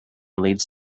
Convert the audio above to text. leads